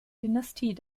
dynastie